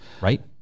right